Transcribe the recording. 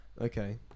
Okay